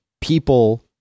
people